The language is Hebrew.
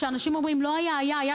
כשאנשים אומרים "לא היה" היה.